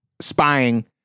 spying